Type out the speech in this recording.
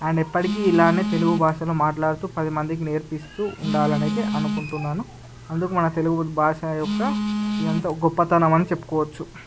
and ఎప్పటికీ ఇలానే తెలుగు భాషను మాట్లాడుతూ పదిమందికి నేర్పిస్తూ ఉండాలనైతే అనుకుంటున్నాను అందుకు మన తెలుగు భాష యొక్క ఎంతో గొప్పతనమని చెప్పుకోవచ్చు